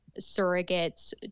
surrogates